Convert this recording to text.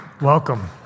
Welcome